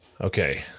Okay